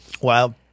Wow